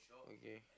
okay